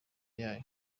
yayo